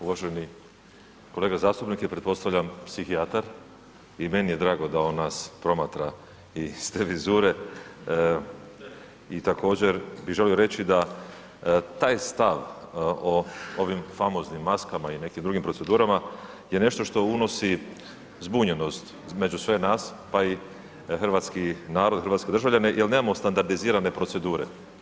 Uvaženi kolega zastupnik je pretpostavljam psihijatar i meni je drago da on nas promatra iz te vizure i također bi želio reći da taj stav o ovim famoznim maskama i nekim drugim procedurama je nešto što unosi zbunjenost između sve nas pa i hrvatski narod, hrvatske državljane jer nemamo standardizirane procedure.